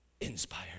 inspired